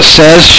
says